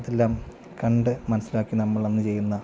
അതെല്ലാം കണ്ട് മനസ്സിലാക്കി നമ്മൾ അന്ന് ചെയ്യുന്ന